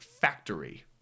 factory